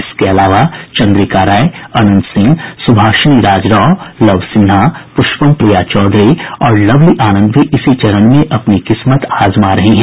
इसके अलावा चंद्रिका राय अनंत सिंह सुभाषिनी राज राव लव सिन्हा प्रष्पम प्रिया चौधरी और लवली आनंद भी इसी चरण में अपनी किस्मत आजमा रही हैं